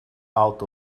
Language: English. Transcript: out